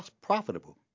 profitable